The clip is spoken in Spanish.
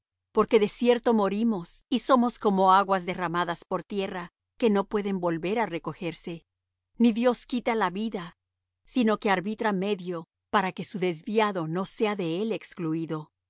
porque de cierto morimos y somos como aguas derramadas por tierra que no pueden volver á recogerse ni dios quita la vida sino que arbitra medio para que su desviado no sea de él excluido